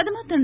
பிரதமர் திரு